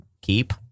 keep